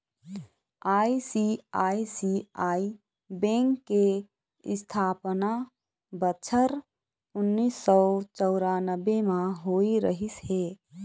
ICICI bank के इस्थापना बछर उन्नीस सौ चउरानबे म होय रिहिस हे